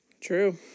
true